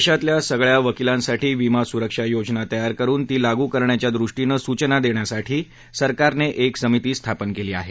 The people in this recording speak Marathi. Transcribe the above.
देशातल्या सगळ्या वकिलांसाठी विमा सुरक्षा योजना तयार करून ती लागू करण्याच्या दृष्टीनं सूचना देण्यासाठी सरकारने एक समिती स्थापन केली आहे